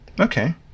Okay